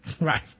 Right